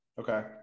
okay